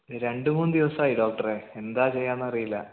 രണ്ടു മൂന്നു ദിവസമായി ഡോക്ടറെ എന്താണ് ചെയ്യുക എന്നറിയില്ല